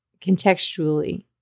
contextually